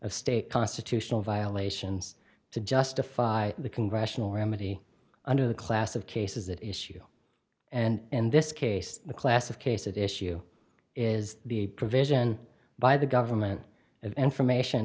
of state constitutional violations to justify the congressional remedy under the class of cases that issue and this case the class of case that issue is the provision by the government of information